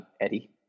eddie